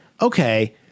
okay